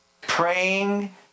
Praying